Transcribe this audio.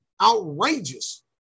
Outrageous